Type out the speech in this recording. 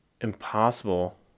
impossible